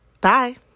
Bye